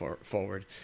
forward